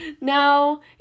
Now